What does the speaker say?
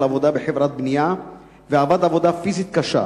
עבודה בחברת בנייה ועבד עבודה פיזית קשה.